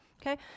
Okay